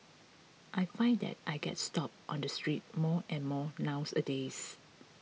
I find that I get stopped on the street more and more nowadays